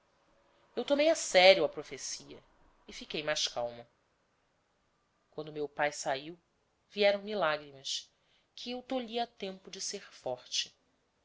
eu tomei a sério a profecia e fiquei mais calmo quando meu pai saiu vieram me lágrimas que eu tolhi a tempo de ser forte